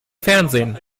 fernsehen